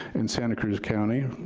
in santa cruz county,